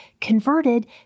converted